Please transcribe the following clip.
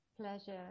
pleasure